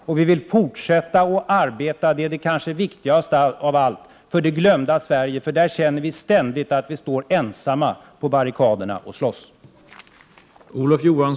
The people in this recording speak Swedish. Och — det kanske viktigaste av allt — vi vill fortsätta att arbeta för det glömda Sverige, för där känner vi ständigt att vi står ensamma på barrikaderna och slåss.